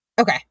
Okay